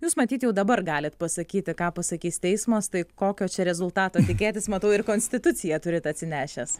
jūs matyt jau dabar galit pasakyti ką pasakys teismas tai kokio čia rezultato tikėtis matau ir konstituciją turit atsinešęs